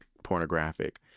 Pornographic